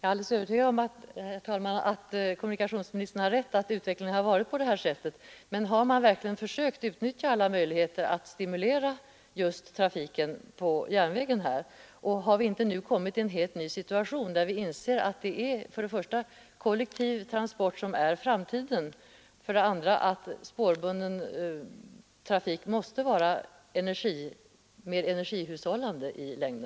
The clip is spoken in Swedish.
Herr talman! Kommunikationsministern har naturligtvis rätt att utvecklingen har varit på det sättet, men har man verkligen försökt utnyttja alla möjligheter att stimulera trafiken på järnvägen där? Och har vi inte kommit i en helt ny situation, där vi för det första inser att framtiden ligger i kollektiv transport och för det andra att spårbunden trafik i längden måste vara mer energihushållande?